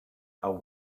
are